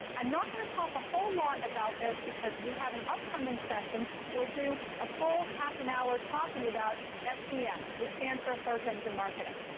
i'm not going to talk a whole lot about this, because we have an upcoming session. we'll do a full half an hour talking about sem, which stands for search engine marketing.